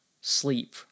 sleep